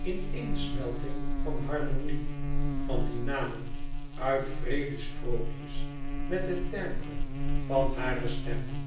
ineensmelting van harmonie van die namen uit wreede sprookjes met het timbre van hare stem